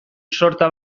sorta